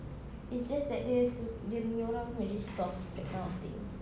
it's just that dia su~ dia punya orang very soft that kind of thing